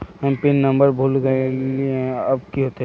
हम pin number भूल गलिऐ अब की होते?